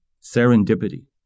serendipity